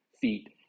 feet